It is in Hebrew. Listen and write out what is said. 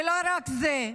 ולא רק זה,